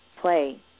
play